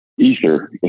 Ether